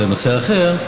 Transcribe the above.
בנושא אחר,